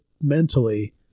mentally